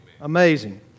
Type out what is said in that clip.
Amazing